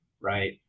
right